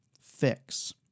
Fix